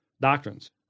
doctrines